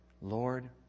Lord